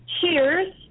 Cheers